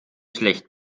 schlecht